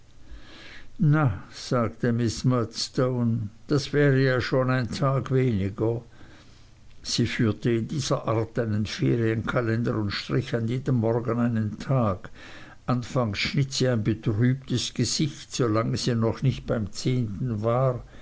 na sagte miß murdstone das wäre ja schon ein tag weniger sie führte in dieser art einen ferienkalender und strich an jedem morgen einen tag anfangs schnitt sie ein trübes gesicht solange sie noch nicht beim zehnten war